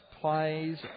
plays